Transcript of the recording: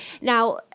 Now